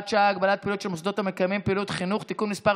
שעה) (הגבלת פעילות של מוסדות המקיימים פעילות חינוך) (תיקון מס'